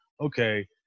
okay